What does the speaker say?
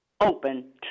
open